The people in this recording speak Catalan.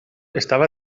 estava